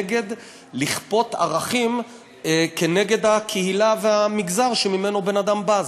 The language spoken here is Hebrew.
אנחנו נגד לכפות ערכים כנגד הקהילה והמגזר שממנו בן-אדם בא.